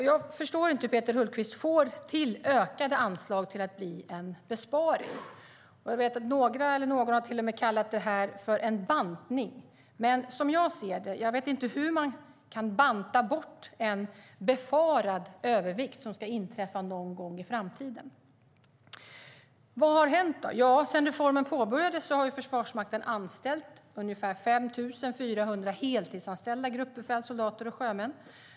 Jag förstår inte hur Peter Hultqvist kan få ökade anslag till att bli en besparing. Jag vet att någon till och med har kallat det för en bantning, men jag vet inte hur man kan banta bort en befarad övervikt som ska inträffa någon gång i framtiden. Vad har hänt då? Sedan reformen påbörjades har Försvarsmakten anställt ungefär 5 400 heltidsanställda gruppbefäl, soldater och sjömän.